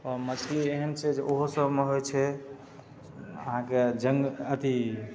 मछली एहन छै जे ओहो सबमे होइ छै अहाँके जङ्ग अथी